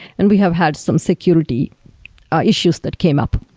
and we have had some security issues that came up